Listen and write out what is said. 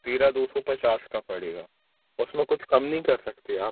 तेरह दो सौ पचास का पड़ेगा उसमें कुछ कम नहीं कर सकते आप